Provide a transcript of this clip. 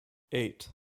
eight